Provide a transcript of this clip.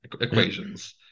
equations